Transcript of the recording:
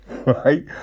right